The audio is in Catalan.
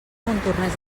montornès